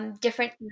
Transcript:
Different